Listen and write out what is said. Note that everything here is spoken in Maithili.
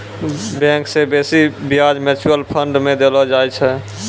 बैंक से बेसी ब्याज म्यूचुअल फंड मे देलो जाय छै